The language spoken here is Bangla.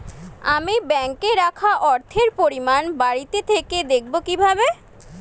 আমি ব্যাঙ্কে রাখা অর্থের পরিমাণ বাড়িতে থেকে দেখব কীভাবে?